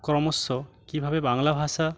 ক্রমশ কীভাবে বাংলা ভাষা